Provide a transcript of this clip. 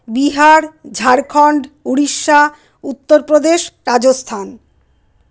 Bihar Jharkhand Orissa Uttar Pradesh Rajasthan